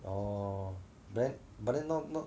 oh but then but then not not